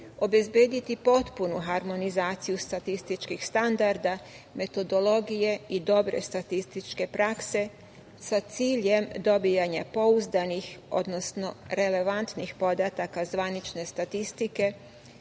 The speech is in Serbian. obezbediti potpunu harmonizaciju statističkih standarda, metodologije i dobre statističke prakse, sa ciljem dobijanja pouzdanih, odnosno relevantnih podataka zvanične statistike,